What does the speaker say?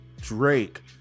Drake